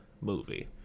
movie